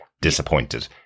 disappointed